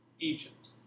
Egypt